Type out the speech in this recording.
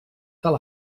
tal